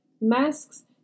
Masks